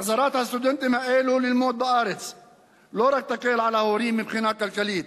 החזרת הסטודנטים האלה ללמוד בארץ לא רק תקל על ההורים מבחינה כלכלית